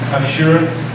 assurance